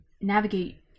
navigate